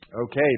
Okay